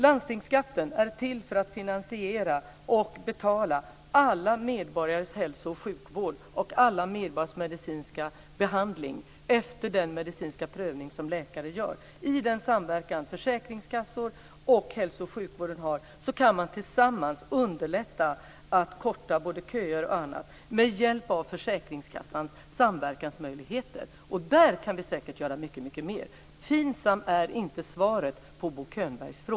Landstingsskatten är till för att finansiera alla medborgares hälso och sjukvård och alla medborgares medicinska behandling, efter den medicinska prövning som läkare gör. Med hjälp av de samverkansmöjligheter som finns mellan försäkringskassor och hälso och sjukvården kan man tillsammans underlätta för att korta både köer och annat. Och där kan vi säkert göra mycket mer. FINSAM är inte svaret på